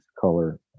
color